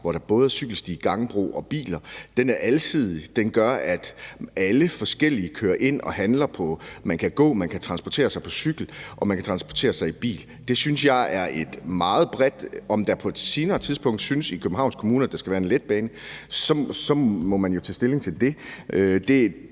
hvor der både er cykelsti, gangbro og biler, alsidig. Den gør, at mange forskellige kører ind og handler. Man kan gå, man kan transportere sig på cykel, og man kan transportere sig i bil. Det synes jeg er meget bredt. Og hvis man på et senere tidspunkt synes i Københavns Kommune, at der skal være en letbane, må man jo tage stilling til det.